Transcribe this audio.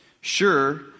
Sure